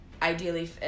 Ideally